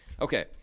Okay